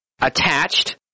attached